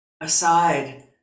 aside